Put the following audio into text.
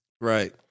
Right